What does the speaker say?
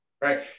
right